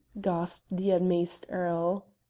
gasped the amazed earl.